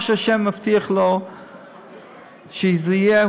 מה שה' הבטיח לו שזה יהיה,